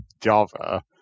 Java